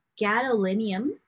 gadolinium